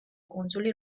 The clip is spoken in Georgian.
კუნძული